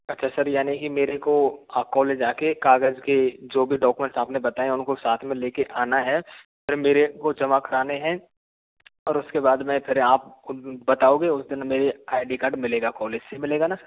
अच्छा सर यानी की मेरे को कॉलेज आके कागज के जो भी डॉक्यूमेंट आपने बताया उनको साथ में लेके आना है फिर मेरे को जमा कराने हैं और उसके बाद मैं फिर आप खुद बताओगे उस दिन मेरी आई डी कार्ड मिलेगा कॉलेज से मिलेगा ना सर